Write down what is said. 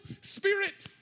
spirit